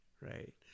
right